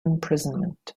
imprisonment